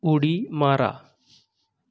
उडी मारा